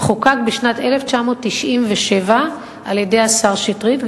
חוקק בשנת 1997 על-ידי השר שטרית,